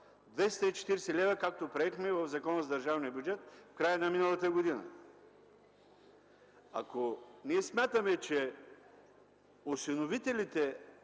240 лв., както приехме в Закона за държавния бюджет в края на миналата година. Ако ние смятаме, че осиновителите